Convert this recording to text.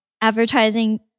advertising